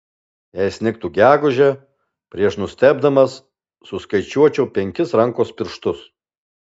jei snigtų gegužę prieš nustebdamas suskaičiuočiau penkis rankos pirštus